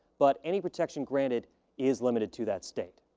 but any protection granted is limited to that state.